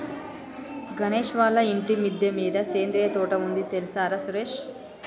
గణేష్ వాళ్ళ ఇంటి మిద్దె మీద సేంద్రియ తోట ఉంది తెల్సార సురేష్